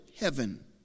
Heaven